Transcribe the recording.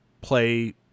play